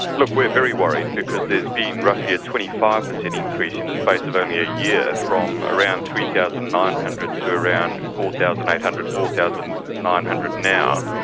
look, we're very worried, because there's been roughly a twenty five percent increase in the space of only a year from around three thousand nine hundred to around four thousand eight hundred, four thousand nine hundred now,